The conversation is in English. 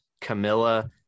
camilla